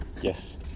yes